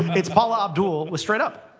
it's paula abdul with straight up.